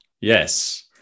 Yes